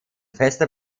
fester